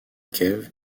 kew